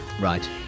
Right